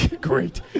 Great